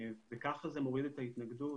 וככה זה מוריד את ההתנגדות.